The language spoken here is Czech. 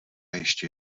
ještě